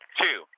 two